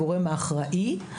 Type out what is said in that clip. הגורם האחראי.